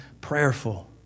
prayerful